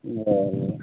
बरं